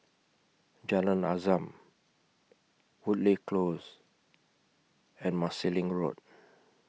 Jalan Azam Woodleigh Close and Marsiling Road